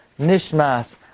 Nishmas